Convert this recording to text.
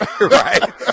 Right